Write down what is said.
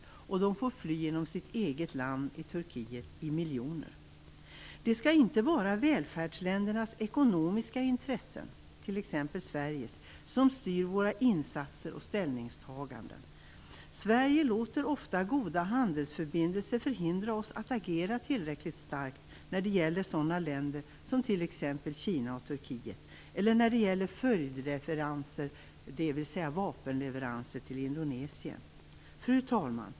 Människor får fly i miljoner inom sitt eget land i Det skall inte var välfärdsländernas, t.ex. Sveriges, ekonomiska intressen som styr våra insatser och ställningstaganden. Sverige låter ofta goda handelsförbindelser hindra ett tillräckligt starkt agerande när det gäller sådana länder som t.ex. Kina och Turkiet eller när det gäller följdleveranser, dvs. vapenleveranser, till Indonesien. Fru talman!